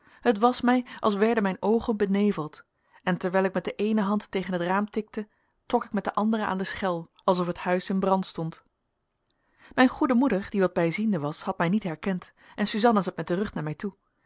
het was mij als werden mijn oogen beneveld en terwijl ik met de eene hand tegen het raam tikte trok ik met de andere aan de schel alsof het huis in brand stond mijn goede moeder die wat bijziende was had mij niet herkend en suzanna zat met den rug naar mij toe